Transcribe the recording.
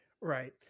Right